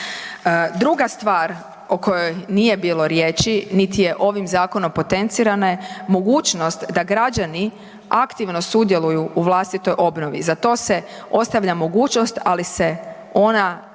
Druga stvar o kojoj nije bilo riječi, niti je ovim zakonom potencirano, mogućnost da građani aktivno sudjeluju u vlastitoj obnovi, za to se ostavlja mogućnost ali se ona dodatno